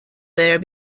there